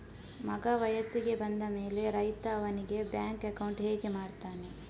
ಮಗ ವಯಸ್ಸಿಗೆ ಬಂದ ಮೇಲೆ ರೈತ ಅವನಿಗೆ ಬ್ಯಾಂಕ್ ಅಕೌಂಟ್ ಹೇಗೆ ಮಾಡ್ತಾನೆ?